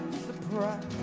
surprise